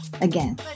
again